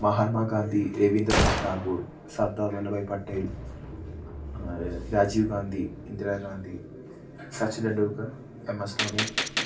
Mahatma Gandhi Ravindranath Tagore Sardar Vallabhbhai Patel Rajiv Gandhi Indira Gandhi Sachin Tendulkar M S Dhoni